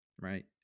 right